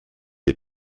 had